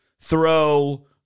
throw –